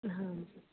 ਹਾਂ